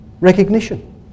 Recognition